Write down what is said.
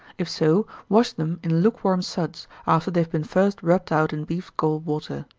if so, wash them in lukewarm suds, after they have been first rubbed out in beef's gall water.